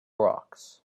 rocks